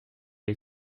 est